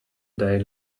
day